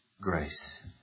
grace